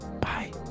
Bye